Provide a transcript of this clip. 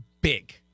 big